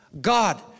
God